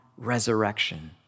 resurrection